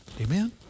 Amen